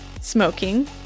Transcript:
smoking